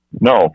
No